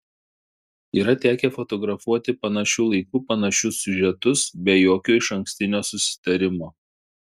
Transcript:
yra tekę fotografuoti panašiu laiku panašius siužetus be jokio išankstinio susitarimo